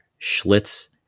Schlitz